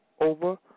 over